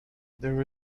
there